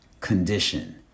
condition